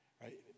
right